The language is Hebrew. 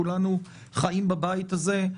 כולנו חיים בבית הזה,